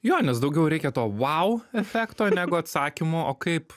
jo nes daugiau reikia to vau efekto negu atsakymų o kaip